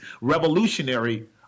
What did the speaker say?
revolutionary